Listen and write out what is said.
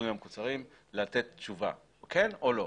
במסלולים המקוצרים לתת תשובה האומרת כן או לא.